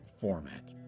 format